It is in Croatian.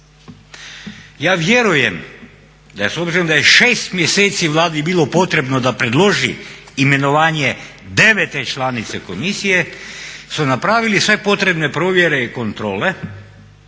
da s obzirom da je 6 mjeseci Vladi bilo potrebno da predloži imenovanje 9. članice komisije su napravili sve potrebne provjere i kontrole